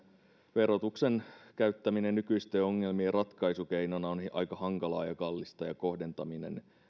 verotuksen käyttäminen nykyisten ongelmien ratkaisukeinona on aika hankalaa ja kallista ja